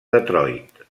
detroit